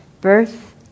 birth